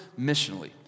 missionally